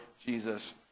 Jesus